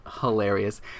hilarious